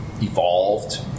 evolved